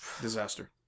Disaster